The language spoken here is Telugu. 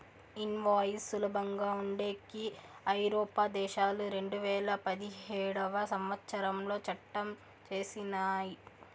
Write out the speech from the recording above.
ఇన్వాయిస్ సులభంగా ఉండేకి ఐరోపా దేశాలు రెండువేల పదిహేడవ సంవచ్చరంలో చట్టం చేసినయ్